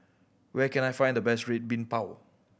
where can I find the best Red Bean Bao